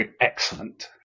excellent